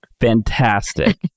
fantastic